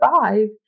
five